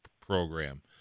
program